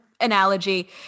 analogy